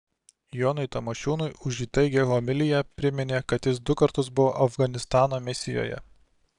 jonui tamošiūnui už įtaigią homiliją priminė kad jis du kartus buvo afganistano misijoje